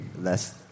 Less